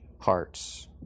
hearts